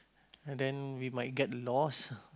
then we might get lost